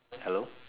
hello